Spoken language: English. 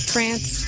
France